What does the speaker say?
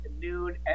noon